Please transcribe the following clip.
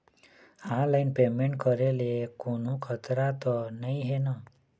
Online payment करे ले कोन्हो खतरा त नई हे न?